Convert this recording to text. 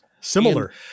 Similar